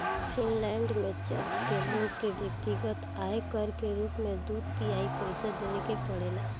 Finland में church के लोग के व्यक्तिगत आय कर के रूप में दू तिहाई पइसा देवे के पड़ेला